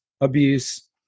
abuse